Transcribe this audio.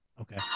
Okay